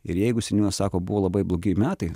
ir jeigu seniūnas sako buvo labai blogi metai